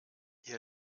ihr